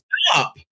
stop